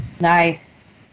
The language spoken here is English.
Nice